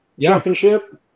championship